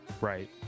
Right